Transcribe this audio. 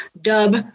dub